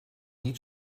niet